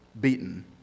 beaten